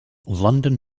london